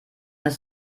ist